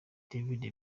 david